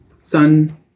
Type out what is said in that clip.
Sun